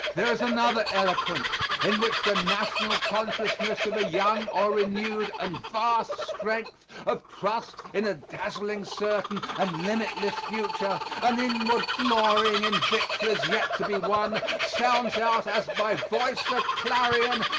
there is another eloquence, in which the national consciousness of a young or renewed and vast strength, of trust in a dazzling certain and limitless future, an inward glorying in victories yet to be won, sounds out as by voice of clarion,